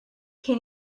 can